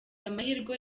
amahirwe